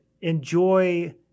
enjoy